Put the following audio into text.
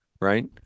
right